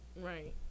Right